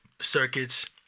circuits